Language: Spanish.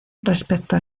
respecto